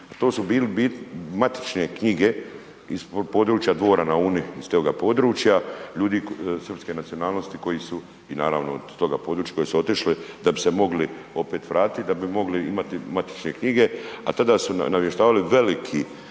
To su bile matične knjige iz područja Dvora na Uni iz toga područja ljudi srpske nacionalnosti koji su i naravno od toga područja, koji su otišli da bi se mogli opet vratit, da bi mogli imati matične knjige, a tada su navještavali veliki